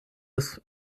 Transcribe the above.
des